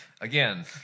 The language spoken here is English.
again